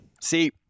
See